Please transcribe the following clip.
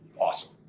awesome